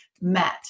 met